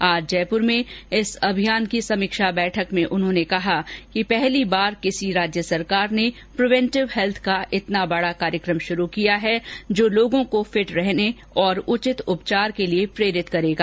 आज जयपुर में इस अभियान की समीक्षा बैठक में उन्होंने कहा कि पहली बार किसी राज्य सरकार ने प्रिवेटिव हैल्थ का इतना बड़ा कार्यक्रम शुरू किया है जो लोगों को फिट रहने और उचित उपचार के लिए प्रेरित करेगा